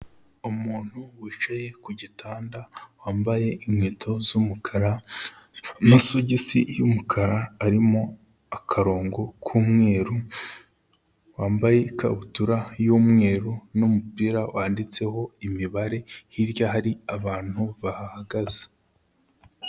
Umuntu wicaye ku gitanda, wambaye inkweto z'umukara, amasogisi y'umukara arimo akarongo k'umweru, wambaye ikabutura y'umweru n'umupira wanditseho imibare, hirya hari abantu bahahagaze.